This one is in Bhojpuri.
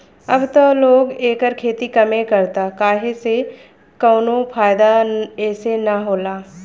अब त लोग एकर खेती कमे करता काहे से कवनो फ़ायदा एसे न होला